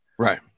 Right